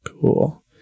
Cool